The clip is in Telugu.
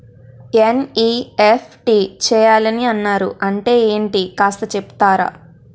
ఎన్.ఈ.ఎఫ్.టి చేయాలని అన్నారు అంటే ఏంటో కాస్త చెపుతారా?